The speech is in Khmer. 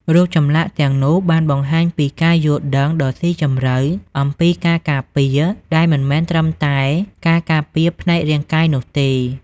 រូបចម្លាក់ទាំងនោះបានបង្ហាញពីការយល់ដឹងដ៏ស៊ីជម្រៅអំពីការការពារដែលមិនមែនត្រឹមតែការការពារផ្នែករាងកាយនោះទេ។